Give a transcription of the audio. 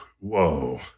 Whoa